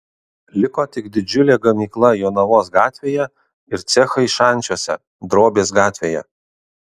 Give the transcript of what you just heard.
liko tik didžiulė gamykla jonavos gatvėje ir cechai šančiuose drobės gatvėje